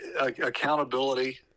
accountability